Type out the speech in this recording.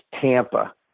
Tampa